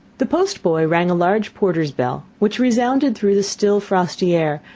the post-boy rang a large porter's bell, which resounded through the still, frosty air,